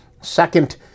second